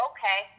Okay